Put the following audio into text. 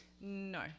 No